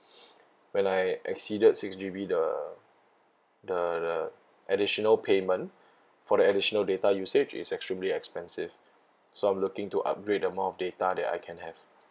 when I exceeded six G_B the the the additional payment for the additional data usage is extremely expensive so I'm looking to upgrade amount of data that I can have